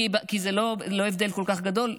כי זה לא הבדל כל כך גדול,